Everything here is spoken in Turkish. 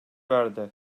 verdi